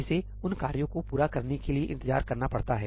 इसे उन कार्यों को पूरा करने के लिए इंतजार करना पड़ता है